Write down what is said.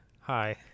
Hi